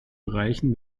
bereichen